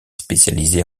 spécialisé